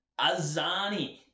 Azani